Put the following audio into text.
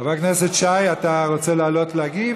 חבר הכנסת שי, אתה רוצה לעלות להגיב?